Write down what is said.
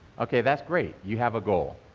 ok, that's great, you have a goal.